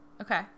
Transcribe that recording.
Okay